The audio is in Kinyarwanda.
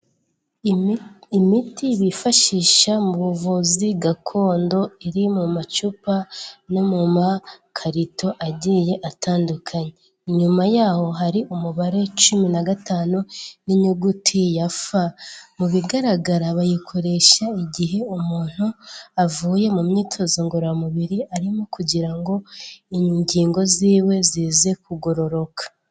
Imiti bifashisha mu buvuzi gakondo iri mu macupa no mu makarito agiye atandukanye ,nyuma yaho hari umubare cumi na gatanu n'inyuguti ya F ,mu bigaragara bayikoresha igihe umuntu avuye mu myitozo ngororamubiri arimo kugira ngo ingingo ziwe zize kugororoka.